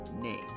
name